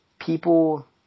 people